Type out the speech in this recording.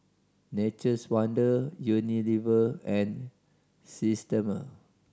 Nature's Wonder Unilever and Systema